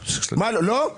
אני שאלתי